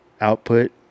output